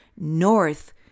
North